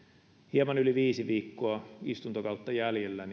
hieman yli viisi viikkoa istuntokautta jäljellä